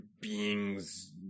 Beings